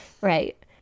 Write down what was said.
Right